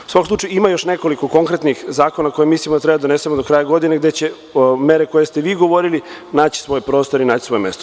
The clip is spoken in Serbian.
U svakom slučaju ima još nekoliko konkretnih zakona koje mislim da treba da donesemo do kraja godine gde će mere koje ste vi govorili, naći svoj prostor i naći svoje mesto.